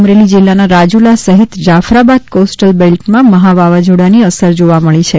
અમરેલી જિલ્લાના રાજુલા સહિત જાફરાબાદ કોસ્ટલ બેલ્ટમાં મહા વાવાઝોડાની અસર જોવા મળી છે